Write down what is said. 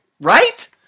Right